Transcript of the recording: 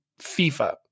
FIFA